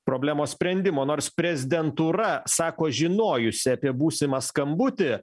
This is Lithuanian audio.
problemos sprendimo nors prezidentūra sako žinojusi apie būsimą skambutį